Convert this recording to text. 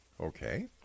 Okay